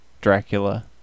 Dracula